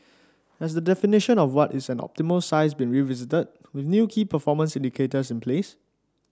has the definition of what is an optimal size been revisited with new key performance indicators in place